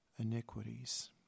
iniquities